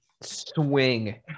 swing